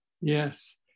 Yes